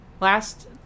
Last